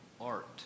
art